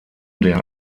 der